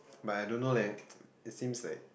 but I don't know leh it seems like